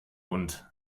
hund